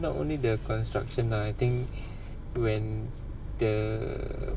not only the construction lah I think when the